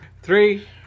Three